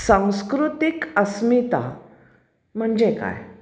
सांस्कृतिक अस्मिता म्हणजे काय